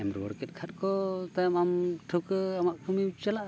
ᱮᱢ ᱨᱩᱣᱟᱹᱲ ᱠᱮᱫ ᱠᱷᱟᱱᱠᱚ ᱛᱟᱭᱚᱢ ᱟᱢ ᱴᱷᱟᱹᱣᱠᱟᱹ ᱟᱢᱟᱜ ᱠᱟᱢᱤᱢ ᱪᱟᱞᱟᱜᱼᱟ